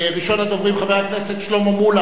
ראשון הדוברים, חבר הכנסת שלמה מולה.